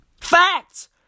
Facts